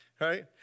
right